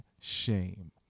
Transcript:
shame